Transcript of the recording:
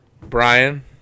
Brian